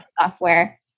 software